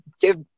give